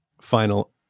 Final